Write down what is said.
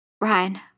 Ryan